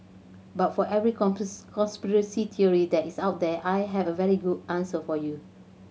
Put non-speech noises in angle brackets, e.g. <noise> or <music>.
but for every <unintelligible> conspiracy <unintelligible> that is out there I have a very good answer for you